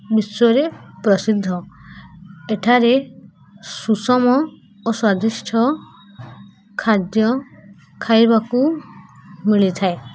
ବିଶ୍ୱରେ ପ୍ରସିଦ୍ଧ ଏଠାରେ ସୁଷମ ଓ ସ୍ୱାଦିଷ୍ଟ ଖାଦ୍ୟ ଖାଇବାକୁ ମିଳିଥାଏ